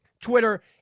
Twitter